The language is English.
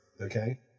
Okay